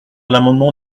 l’amendement